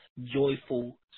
joyful